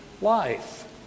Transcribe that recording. life